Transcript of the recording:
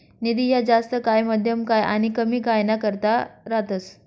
निधी ह्या जास्त काय, मध्यम काय आनी कमी काय ना करता रातस